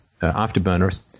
afterburners